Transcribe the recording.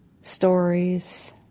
stories